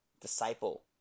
disciple